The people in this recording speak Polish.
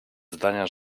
zdania